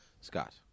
Scott